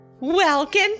Welcome